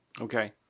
Okay